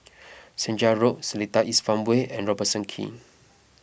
Senja Road Seletar East Farmway and Robertson Quay